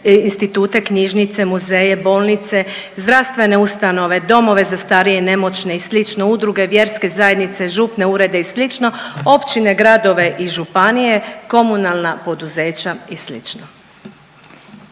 institute, knjižnice, muzeje, bolnice, zdravstvene ustanove, domove za starije i nemoćne i slične udruge, vjerske zajednice, župne urede i slično, općine, gradove i županije, komunalna poduzeća i